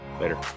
Later